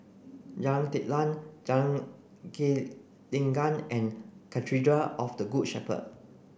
Jalan Telang Jalan Gelenggang and Cathedral of the Good Shepherd